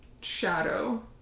shadow